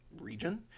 region